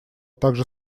также